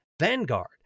Vanguard